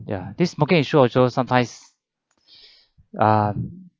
ya this okay sure sure sometimes um